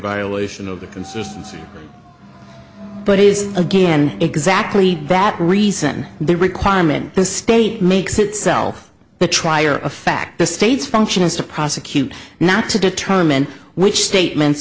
violation of the consistency but it is again exactly that reason the requirement the state makes itself the trier of fact the state's function is to prosecute not to determine which statements